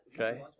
Okay